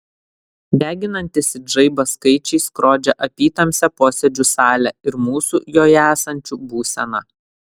deginantys it žaibas skaičiai skrodžia apytamsę posėdžių salę ir mūsų joje esančių būseną